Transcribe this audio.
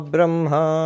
Brahma